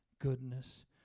goodness